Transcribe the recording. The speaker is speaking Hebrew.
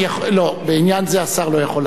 בעניין זה השר לא יכול לעלות.